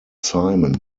simon